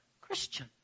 Christian